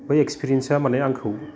बै एक्सपिरियेन्सआ माने आंखौ